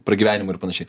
pragyvenimui ir panašiai